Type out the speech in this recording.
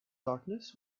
darkness